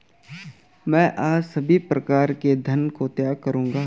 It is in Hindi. मैं आज सभी प्रकारों के धन का त्याग करूंगा